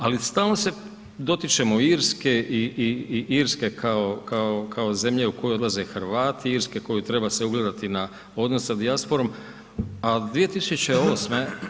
Ali, stalno se dotičemo Irske i Irske kao zemlje u koju odlaze Hrvati, Irske koje trebamo se ugledati na odnos sa dijasporom, a 2008.